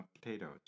potatoes